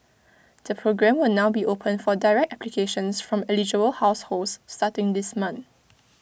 the programme will now be open for direct applications from eligible households starting this month